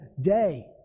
day